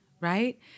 Right